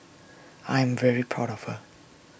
I'm very proud of her